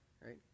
right